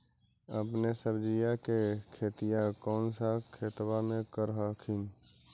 अपने सब्जिया के खेतिया कौन सा खेतबा मे कर हखिन?